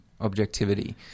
objectivity